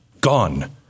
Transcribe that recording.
gone